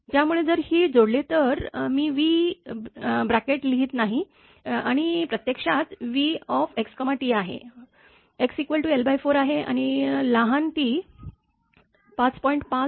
त्यामुळे जर तुम्ही जोडले तर मी v ब्रॅकेट लिहीत आहे आणि प्रत्यक्षात v x t आहे xl4 आहे आणि लहान t 5